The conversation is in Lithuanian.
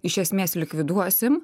iš esmės likviduosim